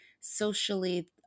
socially